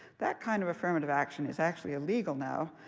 that kind of affirmative action is actually illegal now.